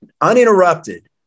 uninterrupted